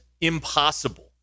impossible